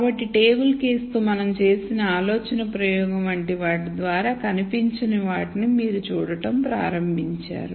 కాబట్టి టేబుల్ కేసుతో మనం చేసిన ఆలోచన ప్రయోగం వంటి వాటి ద్వారా కనిపించని వాటిని మీరు చూడటం ప్రారంభించారు